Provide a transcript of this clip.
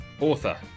author